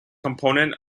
component